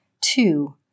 Two